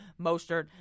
Mostert